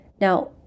now